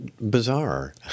bizarre